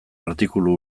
artikulu